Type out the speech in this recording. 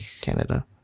Canada